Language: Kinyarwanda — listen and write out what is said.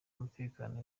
umutekano